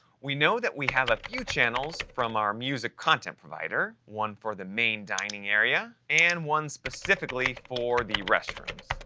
we know we we have a few channels from ah a music content provider one for the main dining area, and one specifically for the restrooms,